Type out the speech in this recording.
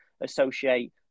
associate